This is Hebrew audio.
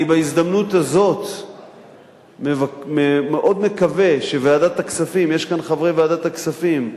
אני בהזדמנות הזאת מאוד מקווה שוועדת הכספים יש כאן חברי ועדת הכספים,